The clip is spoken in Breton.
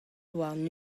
warn